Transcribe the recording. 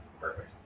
perfect